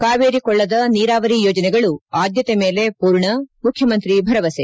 ಕಾವೇರಿ ಕೊಳ್ಳದ ನೀರಾವರಿ ಯೋಜನೆಗಳು ಆದ್ದತೆ ಮೇಲೆ ಪೂರ್ಣ ಮುಖ್ಯಮಂತ್ರಿ ಭರವಸೆ